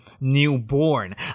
newborn